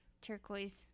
Turquoise